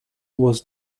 was